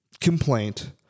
complaint